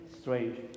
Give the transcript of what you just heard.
strange